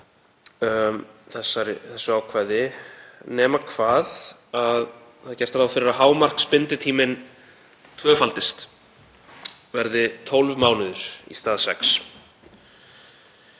þessu ákvæði nema hvað, það er gert ráð fyrir að hámarksbinditíminn tvöfaldist, verði 12 mánuðir í stað sex.